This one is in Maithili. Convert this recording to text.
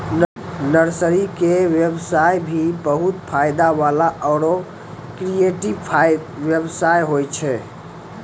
नर्सरी के व्यवसाय भी बहुत फायदा वाला आरो क्रियेटिव व्यवसाय होय छै